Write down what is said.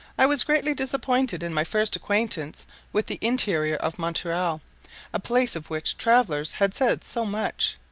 i was greatly disappointed in my first acquaintance with the interior of montreal a place of which travellers had said so much.